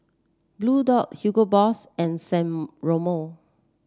Bluedio Hugo Boss and San Remo